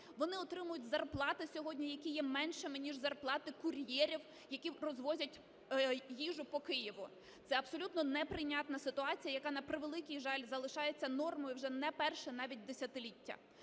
вони отримують зарплати сьогодні, які є меншими, ніж зарплати кур'єрів, які розвозять їжу по Києву. Це абсолютно неприйнятна ситуація, яка, на превеликий жаль, залишається нормою вже не перше навіть десятиліття.